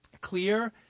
clear